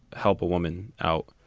help a woman out?